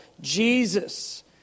Jesus